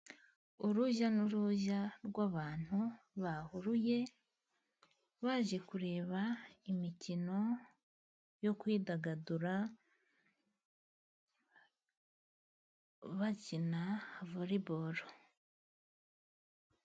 Urujya n'uruza rw'abantu bahuruye baje kureba imikino yo kwidagadura bakina vole bolo.